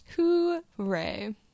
Hooray